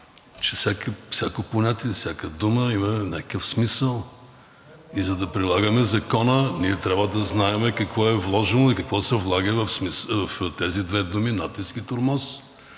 че всяко понятие, всяка дума има някакъв смисъл. И за да прилагаме закона, ние трябва да знаем какво е вложено и какво се влага в тези две думи – натиск и тормоз,